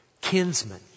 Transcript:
Kinsman